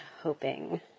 hoping